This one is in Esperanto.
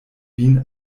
vin